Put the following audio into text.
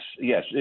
yes